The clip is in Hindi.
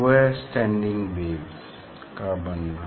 वो है स्टैंडिंग वेव्स का बनना